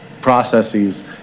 processes